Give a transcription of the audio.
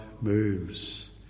moves